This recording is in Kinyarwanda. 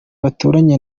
baturanye